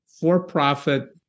for-profit